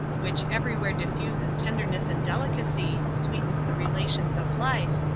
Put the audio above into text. which every where diffuses tenderness and delicacy, sweetens the relations of life,